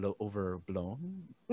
overblown